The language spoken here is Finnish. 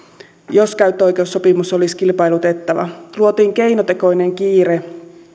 jos käyttöoikeussopimus olisi kilpailutettava luotiin keinotekoinen kiire